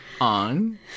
on